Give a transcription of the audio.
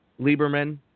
Lieberman